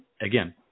again